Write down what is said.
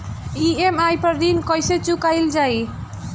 EMI पर ऋण कईसे चुकाईल जाला?